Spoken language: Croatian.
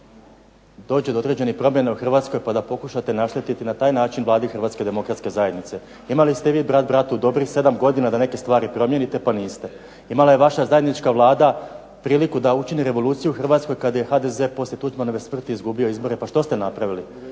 dođe do određenih promjena u Hrvatskoj pa da pokušate naštetiti na taj način Vladi Hrvatske demokratske zajednice, imali ste i vi brat bratu dobrih 7 godina da neke stvari promijenite, pa niste. Imala je vaša zajednička Vlada priliku da učini revoluciju u Hrvatskoj kad je HDZ poslije Tuđmanove smrti izgubio izbore, pa što ste napravili?